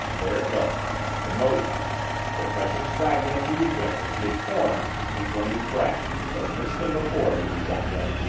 there it lay the motive the precious fragment of blue-print which she had torn from fleming's grasp but an instant before he was shot down.